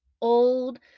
old